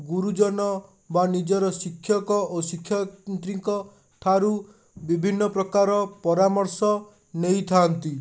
ଗୁରୁଜନ ବା ନିଜର ଶିକ୍ଷକ ଓ ଶିକ୍ଷୟତ୍ରୀଙ୍କ ଠାରୁ ବିଭିନ୍ନ ପ୍ରକାର ପରାମର୍ଶ ନେଇଥାନ୍ତି